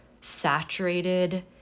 saturated